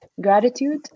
gratitude